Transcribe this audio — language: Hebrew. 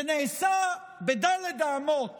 זה נעשה בד' האמות